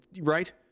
right